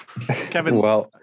Kevin